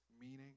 meaning